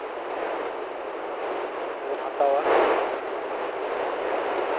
ᱥᱮᱵᱚᱱ ᱦᱟᱛᱟᱣᱟ